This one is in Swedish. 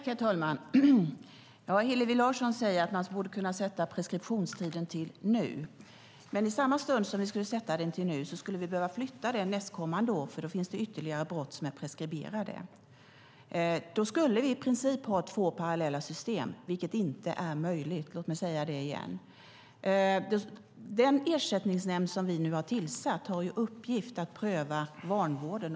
Herr talman! Hillevi Larsson säger att man borde kunna sätta preskriptionstiden till nu. Men om vi gör det skulle vi behöva flytta den nästkommande år, för då finns det ytterligare brott som är preskriberade. Då skulle vi i princip ha två parallella system, vilket inte är möjligt. Den ersättningsnämnd som vi nu har tillsatt har i uppgift att pröva vanvården.